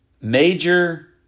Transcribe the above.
major